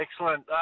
Excellent